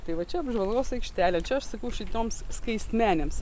tai va čia apžvalgos aikštelė čia aš sakau šitoms skaistmenėms